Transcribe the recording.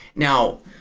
now,